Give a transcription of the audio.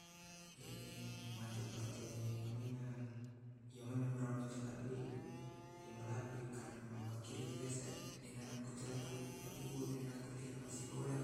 mate mra kate manina iyamanu mra manjaka doe jadi malapui karna mapa kiri biasa deng anak kuku tel patua jadi anakku tea lao massikola.